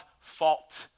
fault